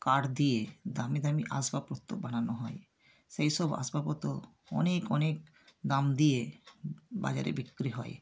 কাঠ দিয়ে দামি দামি আসবাবপত্র বানানো হয় সেইসব আসবাবপত্র অনেক অনেক দাম দিয়ে বাজারে বিক্রি হয়